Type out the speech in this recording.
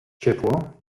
ciepło